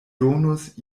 donus